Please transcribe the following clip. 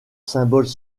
symboles